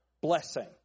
blessing